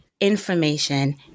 information